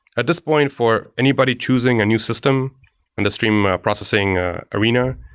at this point, for anybody choosing a new system in the stream processing arena